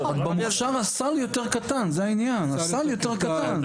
יש שמה סל יותר קטן, זה העניין, הסל יותר קטן.